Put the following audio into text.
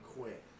quit